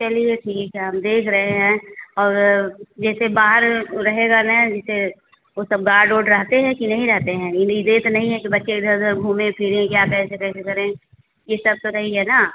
चलिए ठीक है हम देख रहे हैं और जैसे बाहर रहेगा ना जैसे वह सब गार्ड ओर्ड रहते है कि नहीं रहते हैं इन्हीं नहीं है कि बच्चे इधर उधर घुमे फिरे क्या कैसे कैसे करे यह सब तो नहीं है ना